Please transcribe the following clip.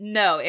no